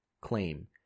claim